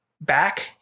back